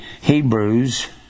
Hebrews